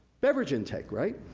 beverage intake, right?